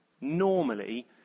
Normally